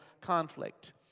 conflict